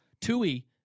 Tui